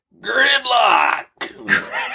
Gridlock